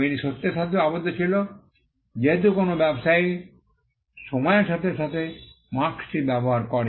এবং এটি এই সত্যের সাথেও আবদ্ধ ছিল যে যেহেতু কোনও ব্যবসায়ী সময়ের সাথে সাথে মার্ক্স্ টি ব্যবহার করে